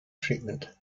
treatment